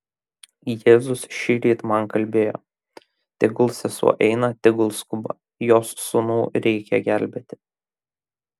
jėzus šįryt man kalbėjo tegul sesuo eina tegul skuba jos sūnų reikia gelbėti